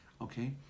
okay